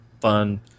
fun